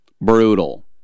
brutal